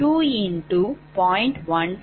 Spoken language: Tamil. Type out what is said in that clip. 00008185